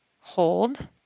hold